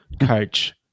coach